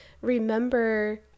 remember